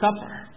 Supper